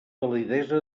validesa